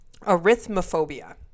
arithmophobia